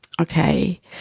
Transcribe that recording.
okay